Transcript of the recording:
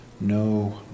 no